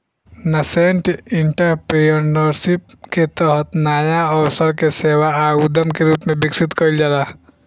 nascent entrepreneurship के तहत नाया अवसर के सेवा आ उद्यम के रूप में विकसित कईल जाला